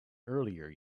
earlier